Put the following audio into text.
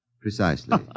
Precisely